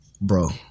bro